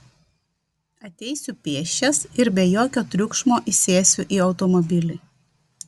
ateisiu pėsčias ir be jokio triukšmo įsėsiu į automobilį